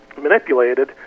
manipulated